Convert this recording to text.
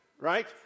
right